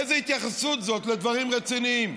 איזו התייחסות זאת לדברים רציניים?